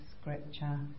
scripture